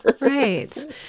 right